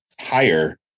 higher